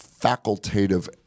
facultative